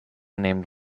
named